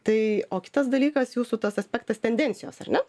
tai o kitas dalykas jūsų tas aspektas tendencijos ar ne